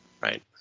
right